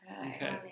Okay